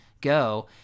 go